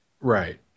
Right